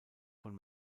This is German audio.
von